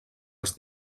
els